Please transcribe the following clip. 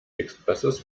expresses